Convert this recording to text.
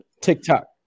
TikTok